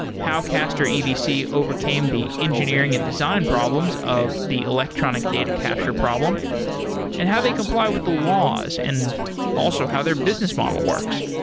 how castor edc overcame the engineering and design problems of the electronic data capture problem and how they comply with the laws and also how their business model works.